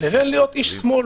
לבין להיות איש שמאל